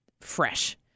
fresh